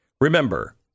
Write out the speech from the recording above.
Remember